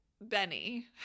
Benny